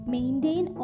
Maintain